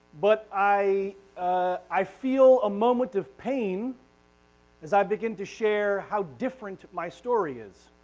but i i feel a moment of pain as i begin to share how different my story is.